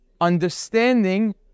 understanding